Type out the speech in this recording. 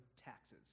taxes